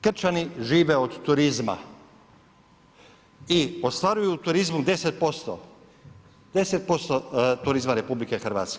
Krčani žive od turizma i ostvaruju u turizmu 10%, 10% turizma RH.